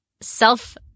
self